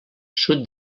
sud